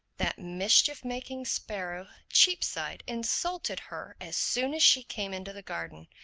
that mischief-making sparrow, cheapside, insulted her as soon as she came into the garden.